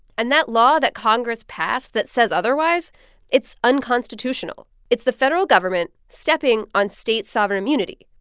and that law that congress passed that says otherwise it's unconstitutional. it's the federal government stepping on state sovereign immunity.